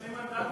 שני מנדטים.